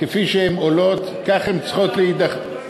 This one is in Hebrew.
כפי שהן עולות, כך הן צריכות להידחות.